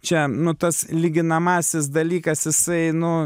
čia nu tas lyginamasis dalykas jisai nu